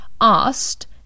Asked